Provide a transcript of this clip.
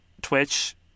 Twitch